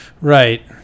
Right